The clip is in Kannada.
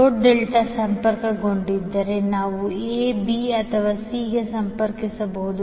ಲೋಡ್ ಡೆಲ್ಟಾ ಸಂಪರ್ಕಗೊಂಡಿದ್ದರೆ ನಾವು ಎ ಬಿ ಅಥವಾ ಸಿ ಗೆ ಸಂಪರ್ಕಿಸಬಹುದು